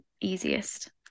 easiest